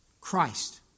Christ